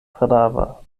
prava